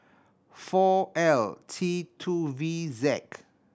four L T two V Z